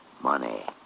Money